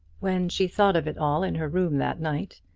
when she thought of it all in her room that night,